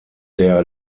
der